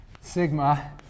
sigma